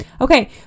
okay